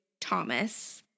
Thomas